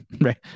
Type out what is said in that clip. right